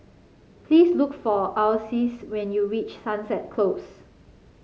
please look for Ulysses when you reach Sunset Close